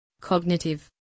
cognitive